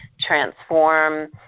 transform